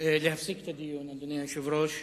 להפסיק את הדיון, אדוני היושב-ראש,